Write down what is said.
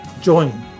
join